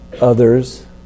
others